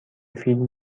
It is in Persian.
فیلم